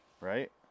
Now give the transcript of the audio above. Right